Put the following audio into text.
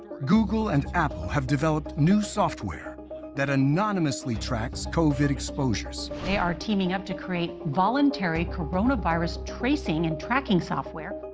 google and apple have developed new software that anonymously tracks covid exposures. they are teaming up to create voluntary coronavirus tracing and tracking software.